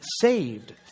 saved